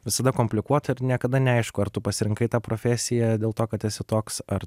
visada komplikuota ir niekada neaišku ar tu pasirinkai tą profesiją dėl to kad esi toks ar